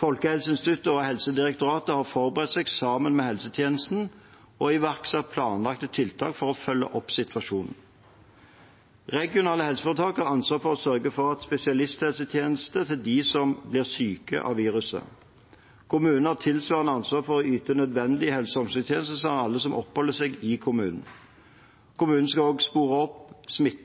Folkehelseinstituttet og Helsedirektoratet har forberedt seg sammen med helsetjenesten og har iverksatt planlagte tiltak for å følge opp situasjonen. Regionale helseforetak har ansvar for å sørge for spesialisthelsetjenester til dem som blir syke av viruset. Kommunene har tilsvarende ansvar for å yte nødvendige helse- og omsorgstjenester til alle som oppholder seg i kommunen. Kommunen skal også spore opp smitte